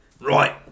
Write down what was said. Right